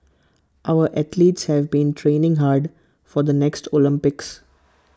our athletes have been training hard for the next Olympics